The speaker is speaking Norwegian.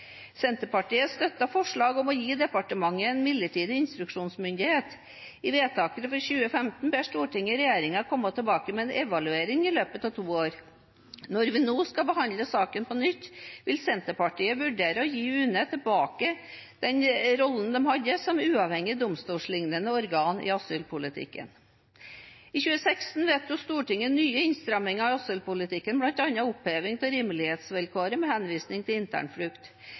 Senterpartiet støttet forslaget om å gi departementet en midlertidig instruksjonsmyndighet. I vedtaket fra 2015 ber Stortinget regjeringen komme tilbake med en evaluering i løpet av to år. Når vi nå skal behandle saken på nytt, vil Senterpartiet vurdere å gi UNE tilbake den rollen de hadde som uavhengig domstolslignende organ i asylpolitikken. I 2016 vedtok Stortinget nye innstramminger i asylpolitikken, bl.a. oppheving av rimelighetsvilkåret ved henvisning til internflukt.